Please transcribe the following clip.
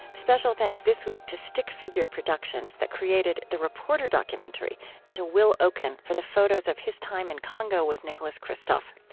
special thanks this week to stick figure productions that created the reporter documentary and to will okun for the photos of his time in congo with nicholas kristof.